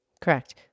correct